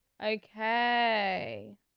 Okay